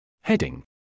Heading